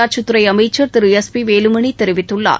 உள்ளாட்சித் துறை அமைச்சர் திரு எஸ் பி வேலுமணி தெரிவித்துள்ளார்